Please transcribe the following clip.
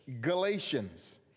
Galatians